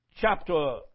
Chapter